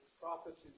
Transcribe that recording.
prophets